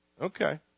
Okay